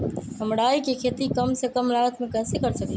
हम राई के खेती कम से कम लागत में कैसे कर सकली ह?